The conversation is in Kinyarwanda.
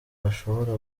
bashobora